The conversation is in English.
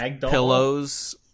pillows